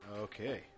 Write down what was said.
Okay